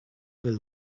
will